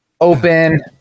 open